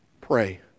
Pray